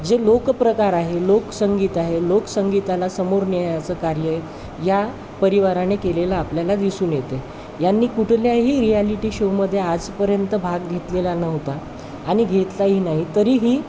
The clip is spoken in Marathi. जे लोकप्रकार आहे लोकसंगीत आहे लोकसंगीताला समोर न्यायचं कार्य या परिवाराने केलेलं आपल्याला दिसून येते यांनी कुठल्याही रियाॅलिटी शोमध्ये आजपर्यंत भाग घेतलेला नव्हता आणि घेतलाही नाही तरीही